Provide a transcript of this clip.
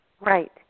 Right